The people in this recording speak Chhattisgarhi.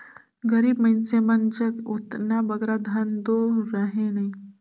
गरीब मइनसे मन जग ओतना बगरा धन दो रहें नई